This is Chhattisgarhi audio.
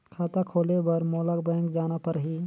खाता खोले बर मोला बैंक जाना परही?